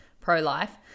pro-life